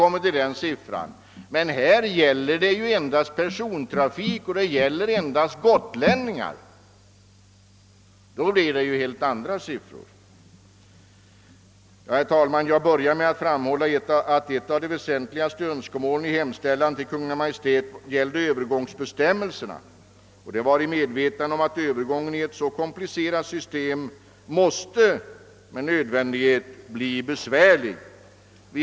Men här gäller det ju endast persontrafiken och detta bara för gotlänningar. Herr talman! Jag började med att framhålla att ett av de väsentligaste önskemålen i riksdagens hemställan till Kungl. Maj:t i våras avsåg övergångsbestämmelserna, och det hade tillkom mit därför att vi var medvetna om att övergången i ett så komplicerat system som detta med nödvändighet måste bli besvärlig.